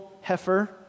heifer